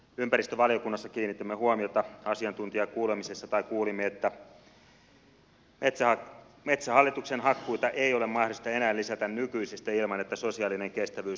ympäristövaliokunnassa kuulimme asiantuntijakuulemisessa että metsähallituksen hakkuita ei ole mahdollista enää lisätä nykyisestä ilman että sosiaalinen kestävyys kärsii